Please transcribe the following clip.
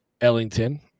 Ellington